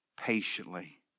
patiently